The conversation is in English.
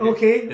Okay